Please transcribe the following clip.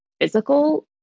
physical